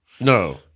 No